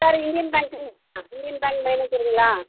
sir Indian bank Indian Bank மேனேஜருங்களா